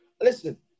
Listen